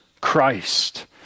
Christ